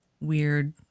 weird